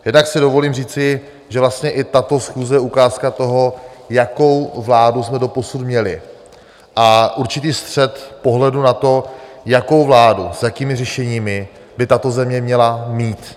Jednak si dovolím říci, že vlastně i tato schůze je ukázka toho, jakou vládu jsme doposud měli a určitý střet pohledu na to, jakou vládu, s jakými řešeními by tato země měla mít.